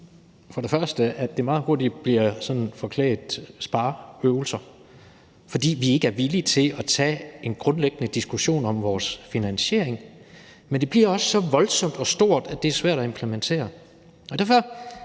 for det første meget hurtigt bliver en forklædt spareøvelse, fordi vi ikke er villige til at tage den grundlæggende diskussion om vores finansiering af dem, men for det andet bliver det gjort så voldsomt og stort, at det er svært at implementere